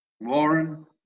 Warren